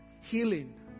healing